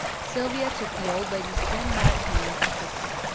sylvia took the old lady's thin white hand and kissed it.